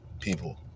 people